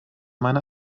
meine